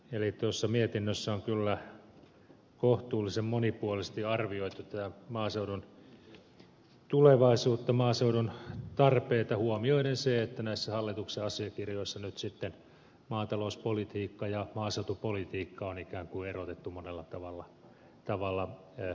tuossa mietinnössä on kyllä kohtuullisen monipuolisesti arvioitu maaseudun tulevaisuutta maaseudun tarpeita huomioiden se että näissä hallituksen asiakirjoissa nyt sitten maatalouspolitiikka ja maaseutupolitiikka on ikään kuin erotettu monella tavalla toisistaan